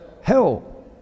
Hell